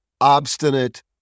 obstinate